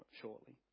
shortly